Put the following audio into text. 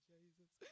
Jesus